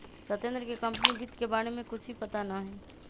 सत्येंद्र के कंपनी वित्त के बारे में कुछ भी पता ना हई